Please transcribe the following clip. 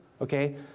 Okay